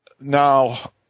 Now